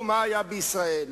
מה הם יספרו, מה היה בישראל.